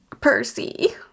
percy